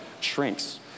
shrinks